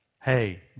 Hey